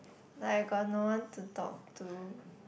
like I got no one to talk to